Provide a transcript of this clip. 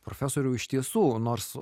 profesoriau iš tiesų nors